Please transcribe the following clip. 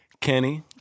Kenny